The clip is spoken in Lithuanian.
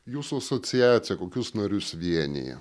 jūsų asociacija kokius narius vienija